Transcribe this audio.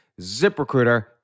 ZipRecruiter